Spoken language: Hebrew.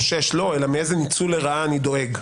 מאיזה ניצול לרעה אני דואג,